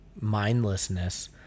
mindlessness